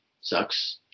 sucks